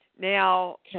Now